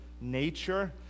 nature